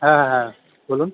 হ্যাঁ হ্যাঁ হ্যাঁ বলুন